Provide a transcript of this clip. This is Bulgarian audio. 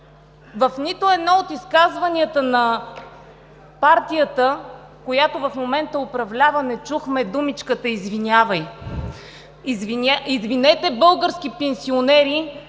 В нито едно от изказванията на партията, която в момента управлява, не чухме думичката „извинявай“; „Извинете български пенсионери